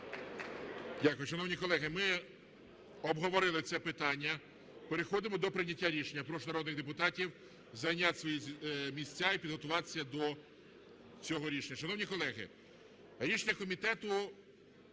Дякую. Шановні колеги, ми обговорили це питання, переходимо до прийняття рішення. Прошу народних депутатів зайняти свої місця і підготуватися до цього рішення.